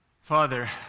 Father